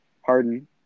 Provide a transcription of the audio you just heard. Harden –